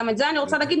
גם את זה אני רוצה להגיד,